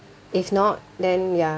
if not then ya